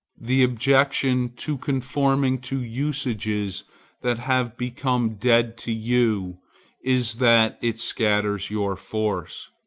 the objection to conforming to usages that have become dead to you is that it scatters your force.